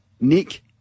Nick